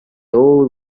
old